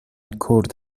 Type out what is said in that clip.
کرد